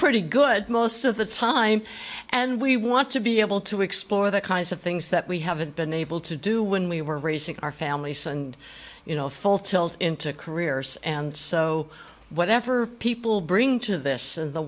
pretty good most of the time and we want to be able to explore the kinds of things that we haven't been able to do when we were raising our families and you know full tilt into careers and so whatever people bring to this in the